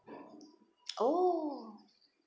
oh